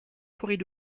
forêts